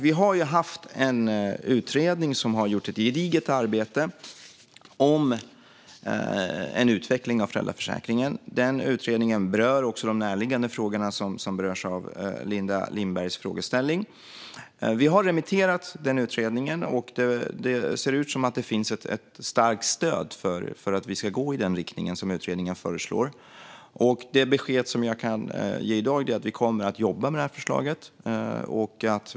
Vi har haft en utredning som gjort ett gediget arbete om en utveckling av föräldraförsäkringen. I den utredningen ingår också de närliggande frågor som berörs i Linda Lindbergs frågeställning. Vi har remitterat denna utredning, och det ser ut att finnas starkt stöd för att vi ska gå i den riktning som utredningen föreslår. Det besked som jag kan ge i dag är att vi kommer att jobba med förslaget.